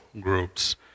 groups